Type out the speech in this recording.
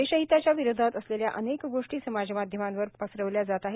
देशहिताच्या विरोधात असलेल्या अनेक गोष्टी समाज माध्यमांवर पसरविल्या जात आहेत